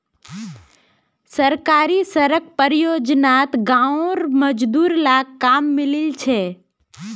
सरकारी सड़क परियोजनात गांउर मजदूर लाक काम मिलील छ